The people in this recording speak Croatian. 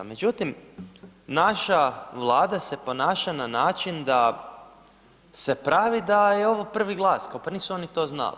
Međutim naša Vlada se ponaša na način da se pravi da je ovo prvi glas kao pa nisu oni to znali.